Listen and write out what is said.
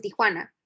Tijuana